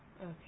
Okay